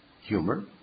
humor